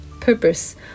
purpose